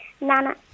nana